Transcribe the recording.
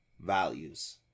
values